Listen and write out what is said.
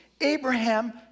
Abraham